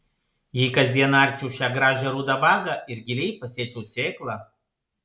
jei kasdien arčiau šią gražią rudą vagą ir giliai pasėčiau sėklą